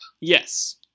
Yes